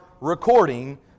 recording